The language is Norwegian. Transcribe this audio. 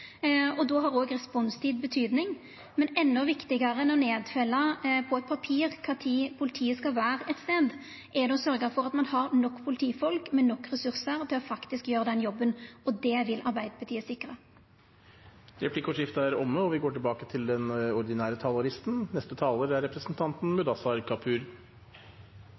Då har òg responstid betydning, men endå viktigare enn å nedfella på eit papir kva tid politiet skal vera ein stad, er det å sørgja for at ein har nok politifolk med nok ressursar til faktisk å gjera den jobben, og det vil Arbeidarpartiet sikra. Replikkordskiftet er omme. Norge står ved et vendepunkt. Viruset og den